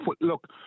look